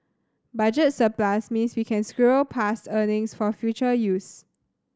budget surplus means we can squirrel past earnings for future use